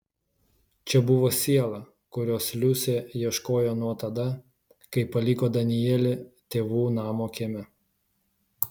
čia buvo siela kurios liusė ieškojo nuo tada kai paliko danielį tėvų namo kieme